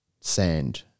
sand